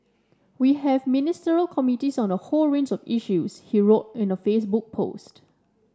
we have Ministerial Committees on a whole range of issues he wrote in a Facebook post